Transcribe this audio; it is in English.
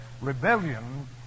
Rebellion